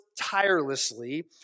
tirelessly